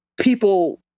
people